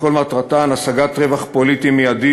שכל מטרתן השגת רווח פוליטי מיידי